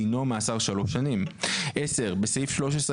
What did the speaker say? דינו מאסר שלוש שנים"; (10)בסעיף 13,